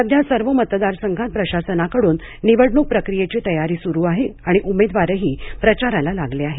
सध्या सर्व मतदारसंघात प्रशासनाकडून निवडणुक प्रक्रीयेची तयारी सुरू आहे आणि उमेदवारही प्रचाराला लागले आहेत